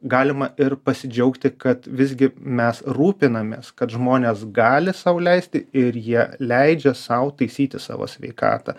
galima ir pasidžiaugti kad visgi mes rūpinamės kad žmonės gali sau leisti ir jie leidžia sau taisyti savo sveikatą